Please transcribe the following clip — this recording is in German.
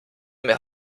mir